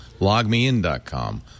LogMeIn.com